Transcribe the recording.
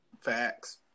facts